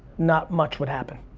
not much would happen.